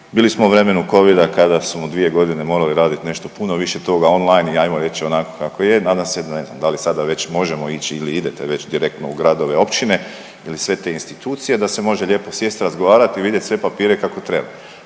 bili smo u vremenu Covida kada smo u 2 godine morali raditi nešto puno više toga online i ajmo reći onako kako je, nadam se da li sada već možemo ići ili idete već direktno u gradove, općine ili sve te institucije da se može lijepo sjesti i razgovarati i vidjet sve papire kako treba.